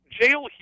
jail